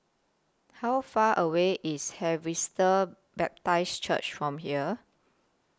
How Far away IS Harvester Baptist Church from here